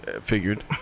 figured